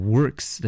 Works